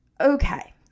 okay